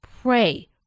Pray